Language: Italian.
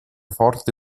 forte